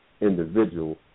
individual